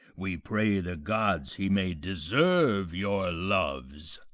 we pray the gods he may deserve your loves.